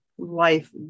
life